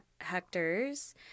hectares